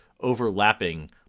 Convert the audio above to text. overlapping